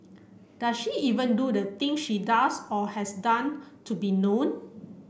does she even do the thing she does or has done to be known